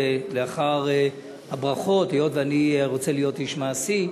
לאחר הברכות, היות שאני רוצה להיות איש מעשי,